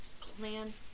plan